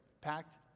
packed